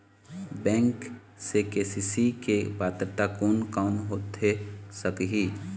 Bank से KCC के पात्रता कोन कौन होथे सकही?